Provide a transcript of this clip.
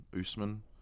Usman